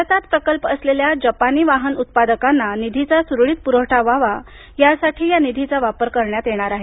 भारतात प्रकल्प असलेल्या जपानी वाहन उत्पादकांना निधीचा सुरळीत पुरवठा व्हावा यासाठी या निधीचा वापर केला जाणार आहे